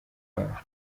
rwanda